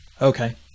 Okay